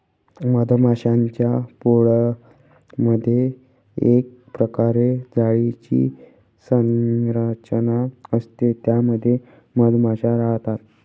मधमाश्यांच्या पोळमधे एक प्रकारे जाळीची संरचना असते त्या मध्ये मधमाशा राहतात